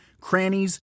crannies